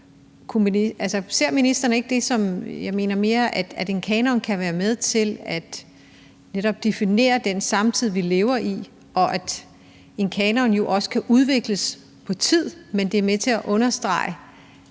ser ministeren det ikke mere sådan, at en kanon kan være med til netop at definere den samtid, vi lever i, og at en kanon jo også kan udvikles over tid, men at den er med til at understrege